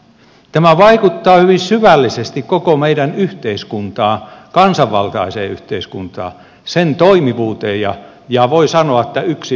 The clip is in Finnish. tämä vaikuttaa hyvin syvällisesti koko meidän kansanvaltaiseen yhteiskuntaan sen toimivuuteen ja voi sanoa yksilön asemaan